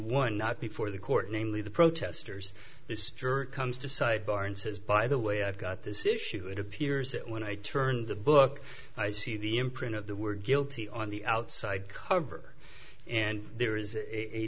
one not before the court namely the protesters this jerk comes to sidebar and says by the way i've got this issue it appears that when i turn the book i see the imprint of the word guilty on the outside cover and there is a